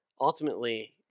ultimately